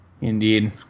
Indeed